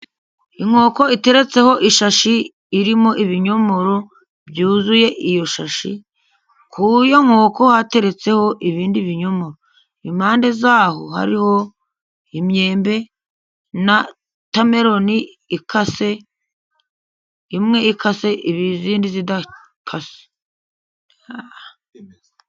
Inkoko iteretseho ishashi irimo ibinyomoro byuzuye iyo shashi. Kuri iyo nkoko hateretseho ibindi binyomaro. Impande z'aho hariho imyembe na wotameloni ikase, imwe ikase izindi zidakase.